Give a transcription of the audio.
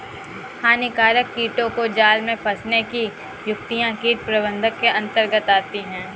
हानिकारक कीटों को जाल में फंसने की युक्तियां कीट प्रबंधन के अंतर्गत आती है